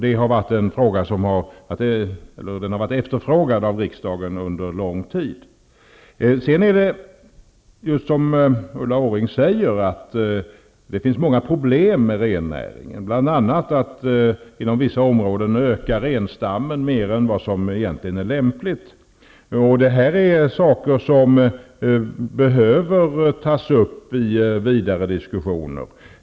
Den har varit efterfrågad av riksdagen under lång tid. Sedan är det just som Ulla Orring säger, att det finns många problem med rennäringen, bl.a. att inom vissa områden ökar renstammen mer än vad som egentligen är lämpligt. Det är saker som behöver tas upp i vidare diskussioner.